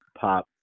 Pop